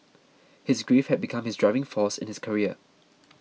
his grief had become his driving force in his career